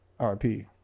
RP